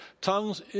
tongues